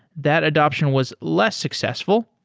that adaption was less successful.